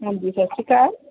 ਹਾਂਜੀ ਸਤਿ ਸ਼੍ਰੀ ਅਕਾਲ